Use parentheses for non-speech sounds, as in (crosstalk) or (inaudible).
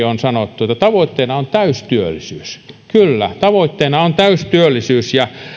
(unintelligible) on sanottu täystyöllisyys kyllä tavoitteena on täystyöllisyys ja